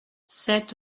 sept